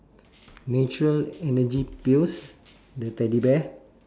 natural energy pills the teddy bear